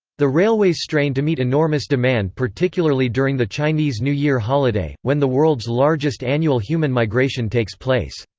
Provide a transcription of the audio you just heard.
the railways strain to meet enormous demand particularly during the chinese new year holiday, when the world's largest annual human migration takes place.